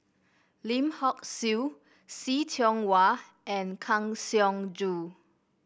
Lim Hock Siew See Tiong Wah and Kang Siong Joo